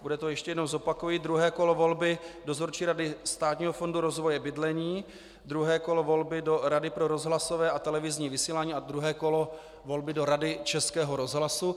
Bude to ještě jednou zopakuji druhé kolo volby Dozorčí rady Státního fondu rozvoje bydlení, druhé kolo volby do Rady pro rozhlasové a televizní vysílání a druhé kolo volby do Rady Českého rozhlasu.